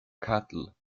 cattle